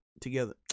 Together